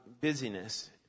busyness